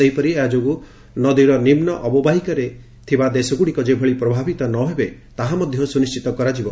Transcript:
ସେହିପରି ଏହାଯୋଗୁଁ ନଦୀର ନିମ୍ବ ଅବବାହିକାରେ ଥିବା ଦେଶଗୁଡ଼ିକ ଯେଭଳି ପ୍ରଭାବିତ ନ ହେବେ ତାହା ମଧ୍ୟ ସୁନିର୍ଣିତ କରାଯିବ